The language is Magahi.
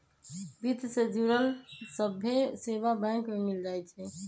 वित्त से जुड़ल सभ्भे सेवा बैंक में मिल जाई छई